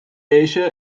asia